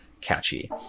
catchy